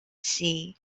see